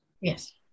Yes